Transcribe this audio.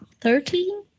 Thirteen